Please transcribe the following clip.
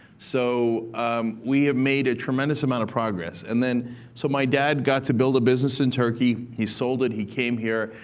so we have made a tremendous amount of progress. and so my dad got to build a business in turkey. he sold it. he came here.